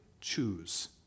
choose